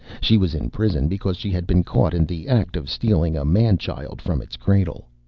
she was in prison because she had been caught in the act of stealing a man child from its cradle.